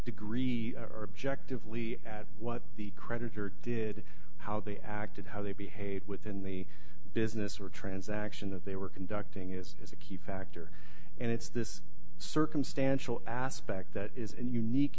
degree or objective lee at what the creditor did how they acted how they behaved within the business or transaction that they were conducting is a key factor and it's this circumstantial aspect that is unique